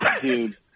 Dude